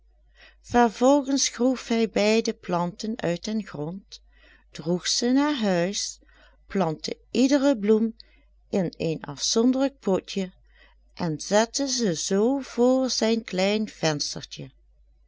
vervolgens groef hij beide planten uit den grond droeg ze naar huis plantte iedere bloem in een afzonderlijk potje en zette ze zoo voor zijn klein venstertje